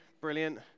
Brilliant